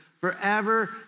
forever